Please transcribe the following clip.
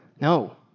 No